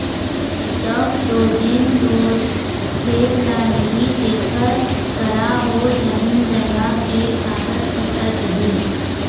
तब तो जेन तोर खेत ल लिही तेखर करा ओ जमीन जघा के कागज पतर रही